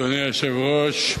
אדוני היושב-ראש,